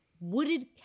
wooded